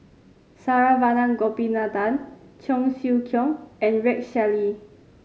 Saravanan Gopinathan Cheong Siew Keong and Rex Shelley